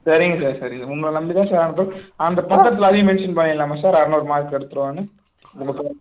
சரிங்க சார் உங்களை நம்பி தான் சார் அந்த பத்திரத்தில் அதேயும் மேன்ஷன் பண்ணிவிடலாமா சார் ஆறனுறு மார்க் எடுத்துட்டுவானு